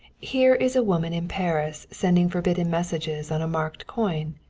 here is a woman in paris sending forbidden messages on a marked coin.